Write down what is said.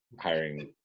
hiring